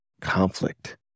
conflict